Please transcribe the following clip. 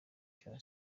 cya